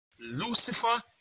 Lucifer